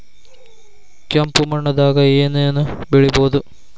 ಕೆಂಪು ಮಣ್ಣದಾಗ ಏನ್ ಏನ್ ಬೆಳಿಬೊದು?